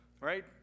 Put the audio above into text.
Right